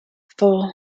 four